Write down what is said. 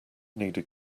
needed